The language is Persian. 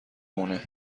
مونه